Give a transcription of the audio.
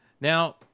Now